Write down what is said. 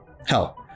Hell